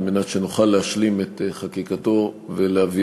על מנת שנוכל להשלים את חקיקתה ולהביא